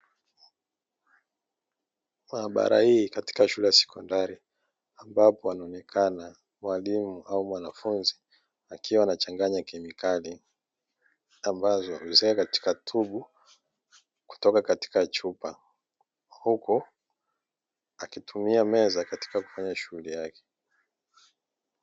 Maabara hii katika shule ya sekondari ambapo anaonekana mwalimu au mwanafunzi akiwa anachanganya kemikali ambazo huziweka katika tyubu kutoka katika chupa, huku akitumia meza katika kufanya shughuli yake.